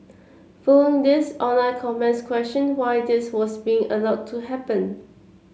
following this online comments questioned why this was being allowed to happen